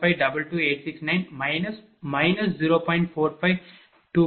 4522869 0